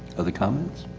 other comments.